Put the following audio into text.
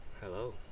Hello